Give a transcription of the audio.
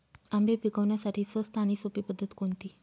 आंबे पिकवण्यासाठी स्वस्त आणि सोपी पद्धत कोणती?